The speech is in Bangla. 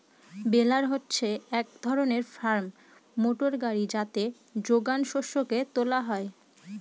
বেলার হচ্ছে এক ধরনের ফার্ম মোটর গাড়ি যাতে যোগান শস্যকে তোলা হয়